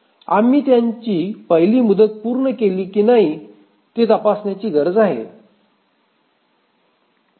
आम्ही त्यांची पहिली मुदत पूर्ण केली की नाही ते तपासण्याची गरज आहे